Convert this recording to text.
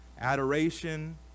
adoration